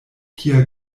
kia